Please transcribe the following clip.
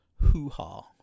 hoo-ha